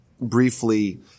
briefly